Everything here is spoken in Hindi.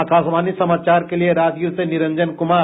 आकाशवाणी समाचार के लिए राजगीर से निरंजन कुमार